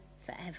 forever